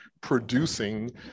producing